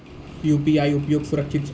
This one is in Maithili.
यु.पी.आई उपयोग सुरक्षित छै?